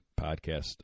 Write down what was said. podcast